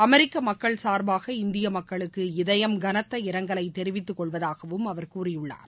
அமெரிக்க மக்கள் சார்பாக இந்திய மக்களுக்கு இதயம் கனத்த இரங்கலை தெரிவித்துக் கொள்வதாகவும் அவர் கூறியுள்ளார்